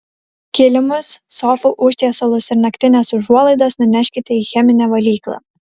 kilimus sofų užtiesalus ir naktines užuolaidas nuneškite į cheminę valyklą